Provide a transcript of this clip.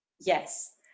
yes